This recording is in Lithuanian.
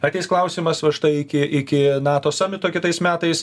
ateis klausimas va štai iki iki nato samito kitais metais